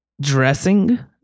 dressing